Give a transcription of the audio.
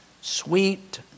sweet